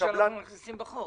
מכניסים בחוק.